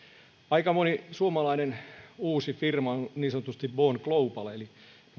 aika moni suomalainen uusi firma on niin sanotusti born global eli